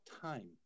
time